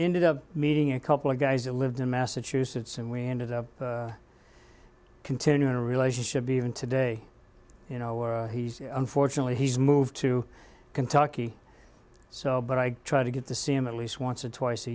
ended up meeting a couple of guys that lived in massachusetts and we ended up continuing a relationship even today you know he's unfortunately he's moved to kentucky so but i try to get to see him at least once or twice a